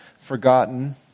forgotten